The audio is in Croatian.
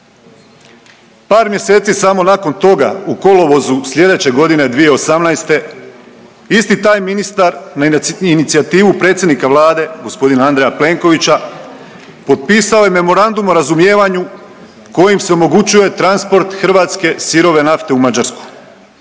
Par mjeseci samo nakon toga, u kolovozu sljedeće godine, 2018. isti taj ministar na inicijativu predsjednika Vlade, g. Andreja Plenkovića, potpisao je memorandum o razumijevaju kojim se omogućuje transport hrvatske sirove nafte u Mađarsku,